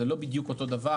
זה לא בדיוק אותו דבר.